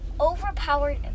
overpowered